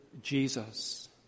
Jesus